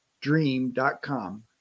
dream.com